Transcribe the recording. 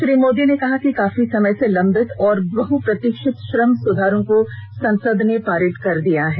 श्री मोदी ने कहा कि काफी समय से लंबित और बहप्रतीक्षित श्रम सुधारों को संसद ने पारित कर दिया है